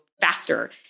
faster